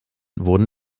wurden